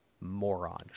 moron